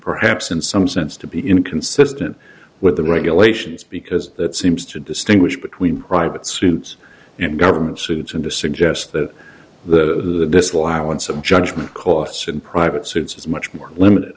perhaps in some sense to be inconsistent with the regulations because that seems to distinguish between private suits and government suits and to suggest that the disallowance of judgment costs in private suits is much more limited